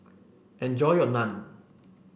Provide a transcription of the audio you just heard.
enjoy your Naan